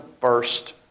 first